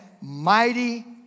Mighty